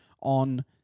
on